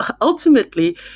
ultimately